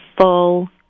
full